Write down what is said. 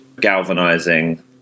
galvanizing